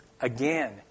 Again